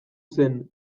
zen